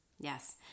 yes